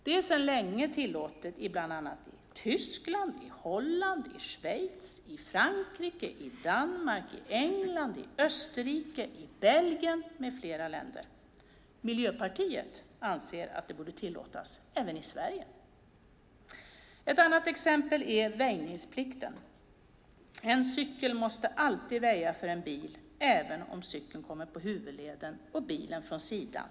Detta är sedan länge tillåtet i bland annat Tyskland, Holland, Schweiz, Frankrike, Danmark, England, Österrike, Belgien med flera länder. Miljöpartiet anser att det borde tillåtas även i Sverige. Ett annat exempel är väjningsplikten. En cykel måste alltid väja för en bil, även om cykeln kommer på huvudled och bilen från sidan.